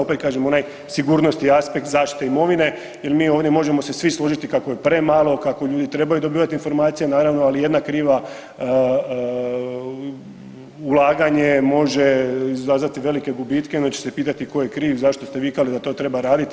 Opet kažem onaj sigurnosni aspekt zaštite imovine jer mi ovdje možemo se svi složiti kako je premalo, kako ljudi trebaju dobivati informacije naravno, ali jedna kriva ulaganje može izazvati velike gubitke i onda će se pitati tko je kriv i zašto ste vikali da to treba raditi.